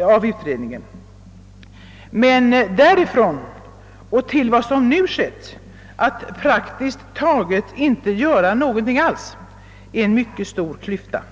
av utredningen. Men därifrån och till vad som nu skett, nämligen att praktiskt taget inte göra någonting alls, är det en mycket stor klyfta.